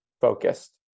focused